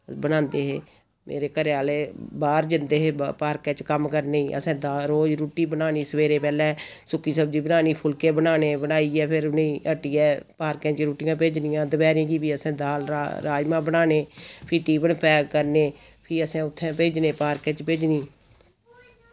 बनांदे हे मेरे घरे आह्ले बाह्र जन्दे हे पार्के च कम्म करने द असैं रोज रुट्टी बनान्न सवेरे पैह्लै सुक्की सब्जी बनानी फुल्के बनाने बनाइयै फिर उ'नें हट्टियै पार्कें च रुट्टियां भेजनियां दपैह्रीं कि वि असैं दाल रा राजमा बनाने फ्ही टिफ्फन पैक करने फ्ही असैं उत्थैं भेजने पार्कें च भेजनी